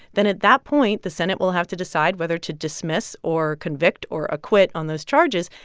then at that point, the senate will have to decide whether to dismiss or convict or acquit on those charges,